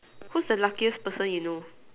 what's the luckiest person you know